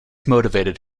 motivated